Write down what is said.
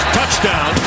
Touchdown